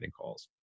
calls